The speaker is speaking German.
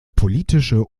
politische